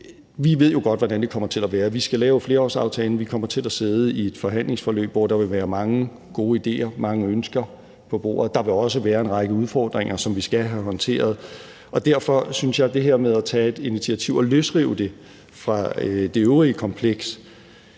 Vi ved jo godt, hvordan det kommer til at være: Vi skal lave flerårsaftalen, og vi kommer til at sidde i et forhandlingsforløb, hvor der vil være mange gode idéer, mange ønsker på bordet. Der vil også være en række udfordringer, som vi skal have håndteret, og derfor synes jeg ikke, at det her med at tage et initiativ og løsrive det fra det øvrige kompleks